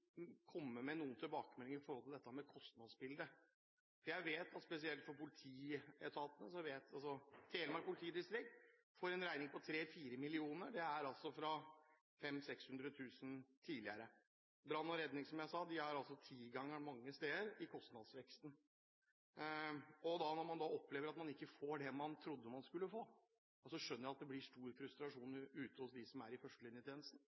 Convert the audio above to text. komme med noen tilbakemeldinger når det gjelder kostnadsbildet. Jeg vet spesielt at Telemark politidistrikt får en regning på 3–4 mill. kr. Det er altså opp fra 500 000–600 000 kr tidligere. Brann og redningsetaten har, som jeg sa, mange steder en kostnadsvekst på «tigangeren». Når man opplever at man ikke får det man trodde man skulle få, skjønner jeg at det blir stor frustrasjon ute hos dem som er i førstelinjetjenesten.